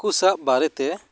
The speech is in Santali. ᱦᱟᱹᱠᱩ ᱥᱟᱵ ᱵᱟᱨᱮᱛᱮ